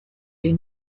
les